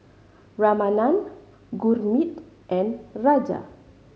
Ramanand Gurmeet and Raja